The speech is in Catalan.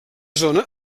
zona